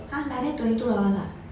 !huh! like that twenty two dollars ah